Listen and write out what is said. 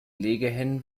legehennen